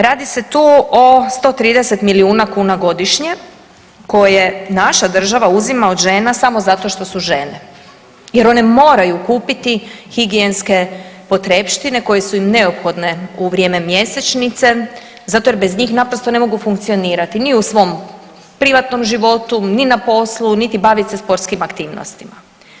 Radi se tu o 130 milijuna kuna godišnje koje naša država uzima od žena samo zato što su žene jer one moraju kupiti higijenske potrepštine koje su im neophodne u vrijeme mjesečnice zato jer bez njih naprosto ne mogu funkcionirati, ni u svom privatnom životu, ni na poslu, niti bavit se sportskim aktivnostima.